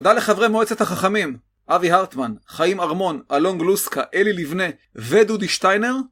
תודה לחברי מועצת החכמים, אבי הרטמן, חיים ערמון, אלון גלוסקה, אלי לבנה ודודי שטיינר.